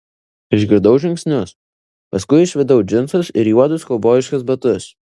išgirdau žingsnius paskui išvydau džinsus ir juodus kaubojiškus batus